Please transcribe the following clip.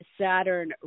Saturn